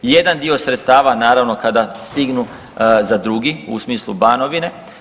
Jedan dio sredstava naravno kada stignu za drugi u smislu Banovine.